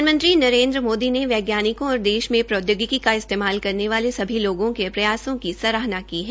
प्रधानमंत्री नरेन्द्र मोदी ने वैज्ञानिकों और देश में प्रौद्योगिकी का इस्तेमाल करने वाले सभी लोगों की प्रयासों की सराहना की है